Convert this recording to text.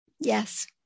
Yes